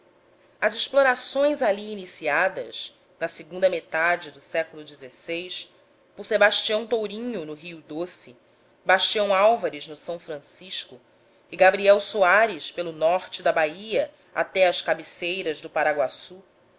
as explorações ali iniciadas na segunda metade do século xvi por sebastião tourinho no rio doce bastião álvares no s francisco e gabriel soares pelo norte da bahia até às cabeceiras do paraguaçu